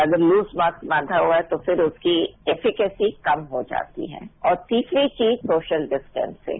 अगर loose mask बांधा हुआ है तो फिर उसकी कैंपिसिटी कम हो जाती है और तीसरी चीज सोशल डिस्टेंसिंग